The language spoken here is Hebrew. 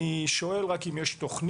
אני שואל רק אם יש תוכנית,